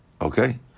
Okay